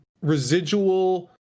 residual